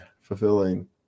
fulfilling